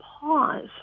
pause